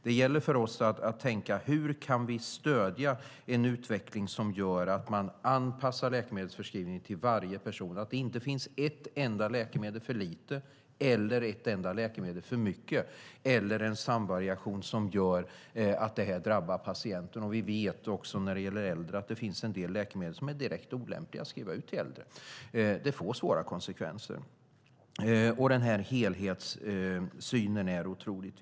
Det gäller för oss att tänka efter hur vi kan stödja en utveckling som gör att man anpassar läkemedelsförskrivningen till varje person så att det inte finns ett enda läkemedel för lite och inte ett enda läkemedel för mycket eller en samvariation som drabbar patienten. Vi vet också att det finns läkemedel som är direkt olämpliga att skriva ut till äldre eftersom det får svåra konsekvenser. Det är viktigt med en helhetssyn.